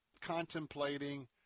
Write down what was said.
contemplating